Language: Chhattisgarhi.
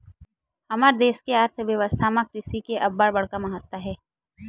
हमर देस के अर्थबेवस्था म कृषि के अब्बड़ बड़का महत्ता हे